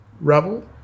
Rebel